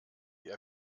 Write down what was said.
ihr